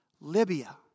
Libya